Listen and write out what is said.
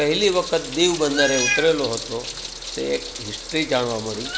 પહેલી વખત દીવ બંદરે ઉતરેલો હતો તે એક હિસ્ટ્રી જાણવા મળી